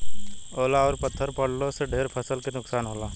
ओला अउर पत्थर पड़लो से ढेर फसल के नुकसान होला